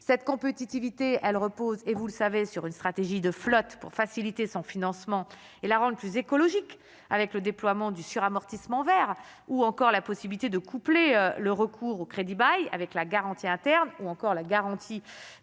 cette compétitivité elle repose, et vous le savez, sur une stratégie de flotte pour faciliter son financement et la rendent plus écologique, avec le déploiement du suramortissement Vert ou encore la possibilité de coupler le recours au crédit bail avec la garantie interne ou encore la garantie